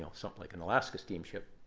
something like an alaska steamship.